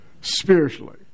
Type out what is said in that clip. spiritually